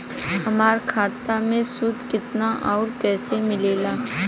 हमार खाता मे सूद केतना आउर कैसे मिलेला?